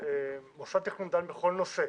מוסד תכנון דן בכל נושא,